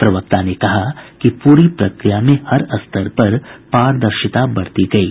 प्रवक्ता ने कहा कि पूरी प्रक्रिया में हर स्तर पर पारदर्शिता बरती गयी